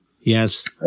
yes